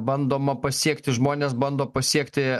bandoma pasiekti žmones bando pasiekti